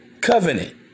covenant